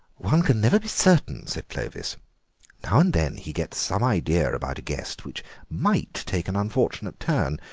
one can never be certain, said clovis now and then he gets some idea about a guest which might take an unfortunate turn.